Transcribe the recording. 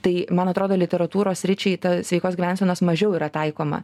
tai man atrodo literatūros sričiai ta sveikos gyvensenos mažiau yra taikoma